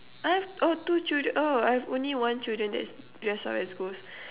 I've oh two children oh I've only one children that's dressed up as ghost